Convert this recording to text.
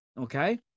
Okay